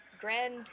Grand